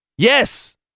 Yes